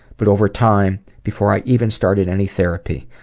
but over time, before i even started any therapy,